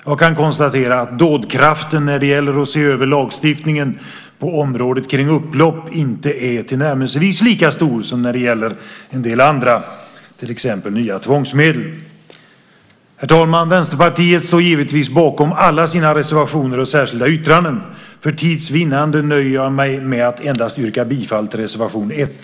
Jag kan konstatera att dådkraften när det gäller att se över lagstiftningen på området kring upplopp inte är tillnärmelsevis lika stor som när det gäller en del andra, till exempel nya tvångsmedel. Herr talman! Vänsterpartiet står givetvis bakom alla sina reservationer och särskilda yttranden. För tids vinnande nöjer jag mig med att endast yrka bifall till reservation 1.